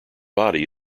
body